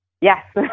Yes